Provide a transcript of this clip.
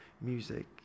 music